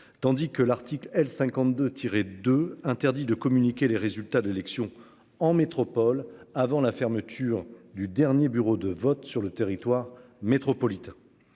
tandis que l'article L 52 tiré de interdit de communiquer les résultats de l'élection en métropole avant la fermeture du dernier bureau de vote sur le territoire métropolitain.